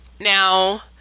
Now